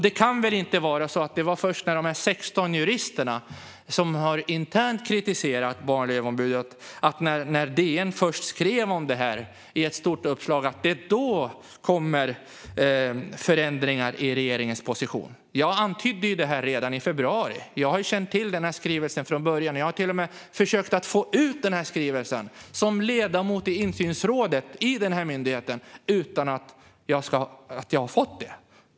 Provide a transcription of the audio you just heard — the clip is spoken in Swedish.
Det kan väl inte vara så att det var först när DN i ett stort uppslag skrev om att 16 jurister internt kritiserat Barn och elevombudet som det kom förändringar i regeringens position? Jag antydde ju det här redan i februari. Jag har känt till denna skrivelse från början. Jag har till och med försökt få ut skrivelsen som ledamot i myndighetens insynsråd, men har inte fått den.